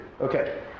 Okay